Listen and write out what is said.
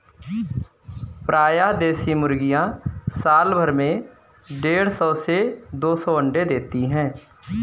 प्रायः देशी मुर्गियाँ साल भर में देढ़ सौ से दो सौ अण्डे देती है